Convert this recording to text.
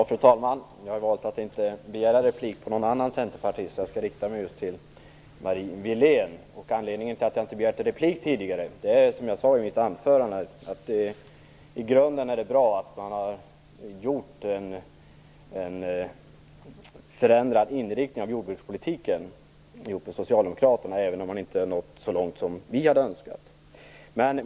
Fru talman! Jag har valt att inte begära replik på någon annan centerpartist, utan riktar mig just till Marie Wilén. Anledningen till att jag tidigare inte har begärt replik är, som jag sade i mitt anförande, att det i grunden är bra att Centerpartiet tillsammans med Socialdemokraterna har förändrat inriktningen i jordbrukspolitiken, även om man inte har nått så långt som vi hade önskat.